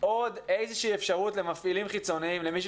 עוד איזושהי אפשרות למפעילים חיצוניים למישהו